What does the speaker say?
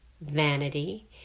vanity